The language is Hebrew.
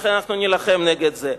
לכן אנחנו נילחם נגד זה,